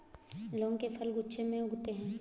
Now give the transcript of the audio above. लौंग के फल गुच्छों में उगते हैं